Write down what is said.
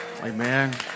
Amen